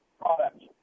products